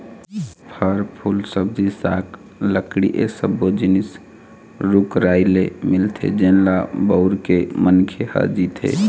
फर, फूल, सब्जी साग, लकड़ी ए सब्बो जिनिस रूख राई ले मिलथे जेन ल बउर के मनखे ह जीथे